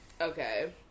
Okay